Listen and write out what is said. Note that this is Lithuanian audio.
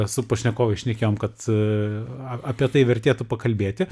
su pašnekovais šnekėjom kad apie tai vertėtų pakalbėti